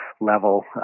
level